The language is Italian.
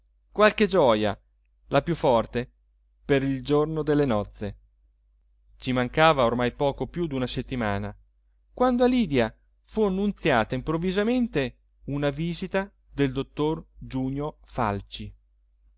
qualche gioia la più forte per il giorno delle nozze ci mancava ormai poco più d'una settimana quando a lydia fu annunziata improvvisamente una visita del dottor giunio falci